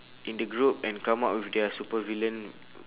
in the group and come up with their supervillain